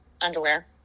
underwear